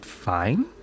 Fine